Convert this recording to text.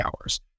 hours